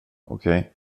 okej